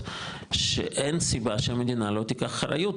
שאין סיבה שהמדינה לא תיקח אחריות,